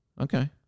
Okay